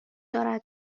دارد